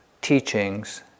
teachings